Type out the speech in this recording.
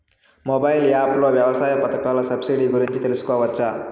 Mobile app లో వ్యవసాయ పథకాల సబ్సిడి గురించి తెలుసుకోవచ్చా?